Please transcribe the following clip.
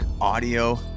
audio